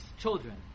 children